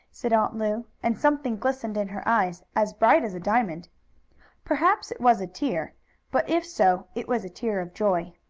said aunt lu, and something glistened in her eyes as bright as a diamond perhaps it was a tear but if so it was a tear of joy.